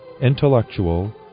intellectual